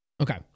Okay